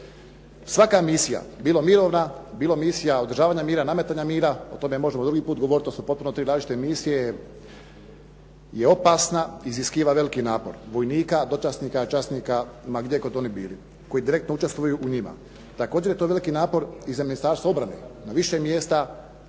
Svaka misija, bilo mirovna, bilo misija održavanja mira, nametanja mira, o tome možemo drugi put govorit, to su potpuno tri različite misije, je opasna i iziskuje veliki napor vojnika, dočasnika, časnika ma gdje god oni bili, koji direktno učestvuju u njima. Također je to veliki napor i za Ministarstvo obrane. Na više mjesta